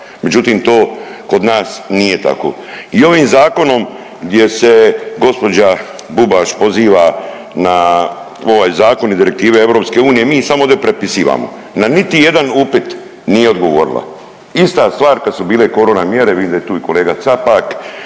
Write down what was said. Međutim, to kod nas nije tako. I ovim zakonom gdje se gospođa Bubaš poziva na ovaj zakon i direktive EU mi samo ovde prepisivamo. Na niti jedan upit nije odgovorila. Ista stvar kad su bile i korona mjera, vidim da je tu i kolega Capak